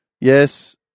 Yes